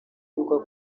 y’uko